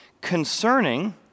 concerning